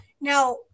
now